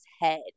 head